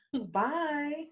bye